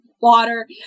water